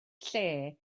lle